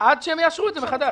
עד שהם יאשרו את זה מחדש,